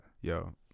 yo